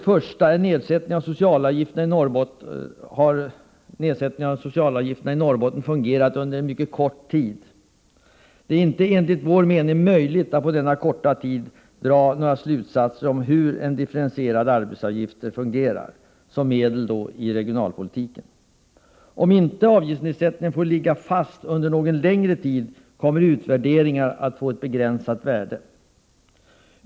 Först och främst har nedsättningen av socialavgifterna i Norrbotten fungerat under en mycket kort tid. Det är enligt vår mening inte möjligt att på denna korta tid dra några slutsatser av hur differentierade arbetsgivaravgifter fungerar som medel i regionalpolitiken. Om inte avgiftsnedsättningarna får ligga fast under någon längre tid kommer utvärderingarna att få ett begränsat värde.